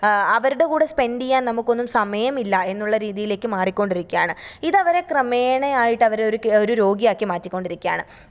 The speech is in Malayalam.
അവരുടെ കൂടെ സ്പെന്ഡ് ചെയ്യാന് നമുക്ക് ഒന്നും സമയമില്ല എന്നുള്ള രീതിയിലേക്ക് മാറിക്കൊണ്ടിരിക്കുകയാണ് ഇത് അവരെ ക്രമേണയായിട്ട് അവരെ ഒരു ഒരു രോഗിയാക്കി മാറ്റിക്കൊണ്ടിരിക്കുകയാണ്